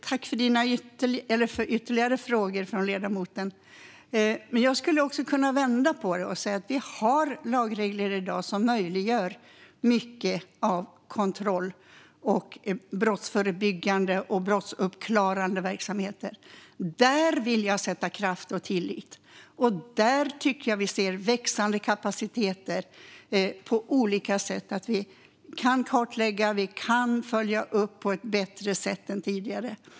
Fru talman! Jag tackar för ytterligare frågor från ledamoten. Jag skulle kunna vända på detta och säga att det finns lagregler i dag som möjliggör kontroll samt brottsförebyggande och brottsuppklarande verksamheter. Där vill jag sätta kraft och tillit, och där finns växande kapaciteter på olika sätt. Vi kan kartlägga och följa upp på ett bättre sätt än tidigare.